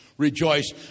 Rejoice